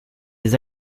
des